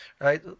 Right